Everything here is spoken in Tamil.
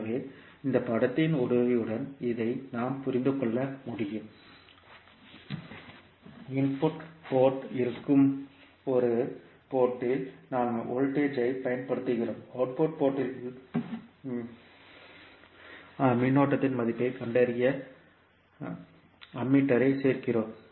எனவே இந்த உருவத்தின் உதவியுடன் இதை நாம் புரிந்து கொள்ள முடியும் அதில் உள்ளீட்டு துறைமுகமாக இருக்கும் ஒரு துறைமுகத்தில் நாம் வோல்ட்டேஜ் ஐ பயன்படுத்துகிறோம் அவுட்புட் போர்ட் இல் மின்னோட்டத்தின் மதிப்பைக் கண்டறிய அம்மீட்டரைச் சேர்க்கிறோம்